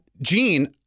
Gene